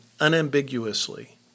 unambiguously